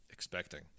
expecting